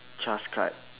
CHAS card